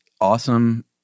awesome